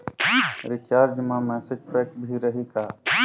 Recharge मा message pack भी रही का?